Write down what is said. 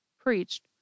preached